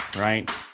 right